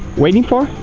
waiting for